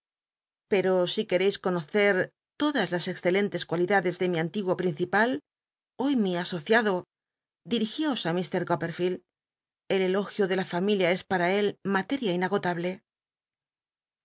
pero si quercis conocct todas las excelentes cual idades de mi antiguo principal hoy mi asociado di tigios á ir coppel'lield el elogio de la fami lia es para él materia inagotable